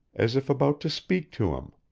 as if about to speak to him.